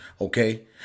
Okay